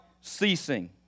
ceasing